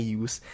use